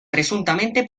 presuntamente